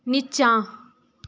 निचाँ